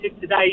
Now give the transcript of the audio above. today